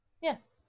Yes